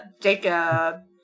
Jacob